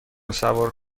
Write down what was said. سوار